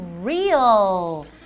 Real